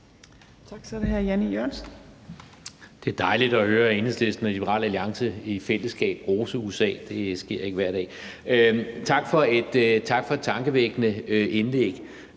Tak for et tankevækkende indlæg,